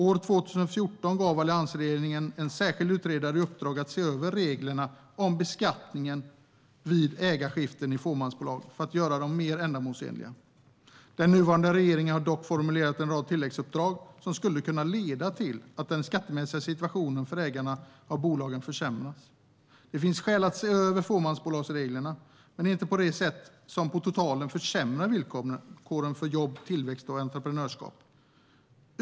År 2014 gav alliansregeringen en särskild utredare i uppdrag att se över reglerna om beskattningen vid ägarskiften i fåmansbolag för att göra dem mer ändamålsenliga. Den nuvarande regeringen har dock formulerat en rad tilläggsuppdrag som skulle kunna leda till att den skattemässiga situationen för ägarna av bolagen försämras. Det finns skäl att se över reglerna för fåmansbolagen, men inte på det sätt som på totalen försämrar villkoren för jobb, tillväxt och entreprenörskap.